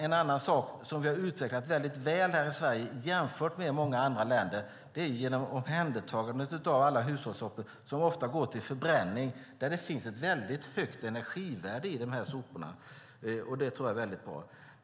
En annan sak som vi utvecklat väl i Sverige jämfört med många andra länder är omhändertagandet av hushållssopor som går till förbränning. Det finns ett mycket högt energivärde i dessa sopor.